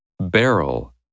Barrel